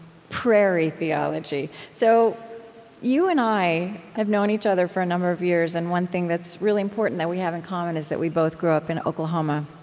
prairie theology. so you and i have known each other for a number of years, and one thing that's really important that we have in common is that we both grew up in oklahoma.